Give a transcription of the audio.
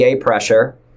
pressure